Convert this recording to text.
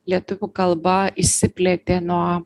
lietuvių kalba išsiplėtė nuo